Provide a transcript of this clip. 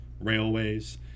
railways